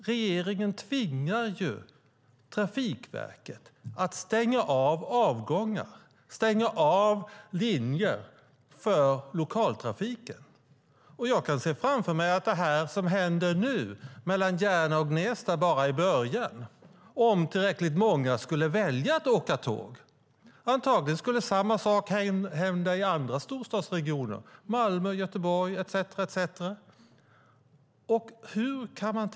Regeringen tvingar Trafikverket att stänga av avgångar och linjer för lokaltrafiken. Jag kan se framför mig att det som händer nu mellan Järna och Gnesta bara är början. Om tillräckligt många skulle välja att åka tåg skulle antagligen samma sak hända i andra storstadsregioner: Malmö, Göteborg etcetera.